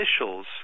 officials